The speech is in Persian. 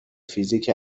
فیزیک